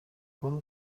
көл